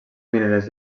mineres